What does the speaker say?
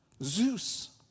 Zeus